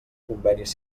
convenis